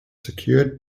secured